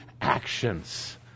actions